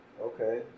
Okay